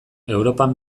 europan